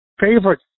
favorite